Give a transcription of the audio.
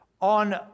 on